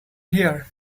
here